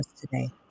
today